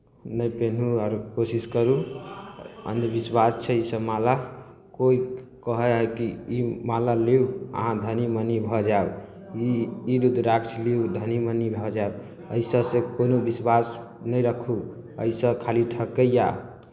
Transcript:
नहि पेन्हू आओर कोशिश करू अन्धविश्वास छै इसभ माला कोइ कहै हइ कि ई माला लिउ अहाँ धनी मनी भऽ जायब ई ई रूद्राक्ष लिउ धनी मनी भऽ जायब एहि सभसँ कोनो विश्वास नहि राखू एहिसँ खाली ठकैए